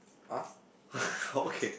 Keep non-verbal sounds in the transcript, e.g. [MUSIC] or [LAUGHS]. !huh! [LAUGHS] okay